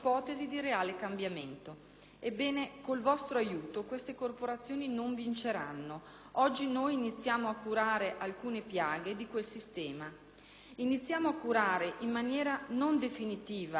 Ebbene, col vostro aiuto, queste corporazioni non vinceranno. Oggi noi iniziamo a curare alcune piaghe di quel sistema. Iniziamo a curare, in maniera non definitiva ma certamente salutare,